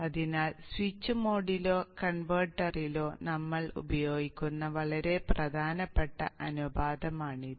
അതിനാൽ സ്വിച്ച് മോഡിലോ കൺവെർട്ടറിലോ നമ്മൾ ഉപയോഗിക്കുന്ന വളരെ പ്രധാനപ്പെട്ട അനുപാതമാണിത്